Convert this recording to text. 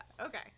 Okay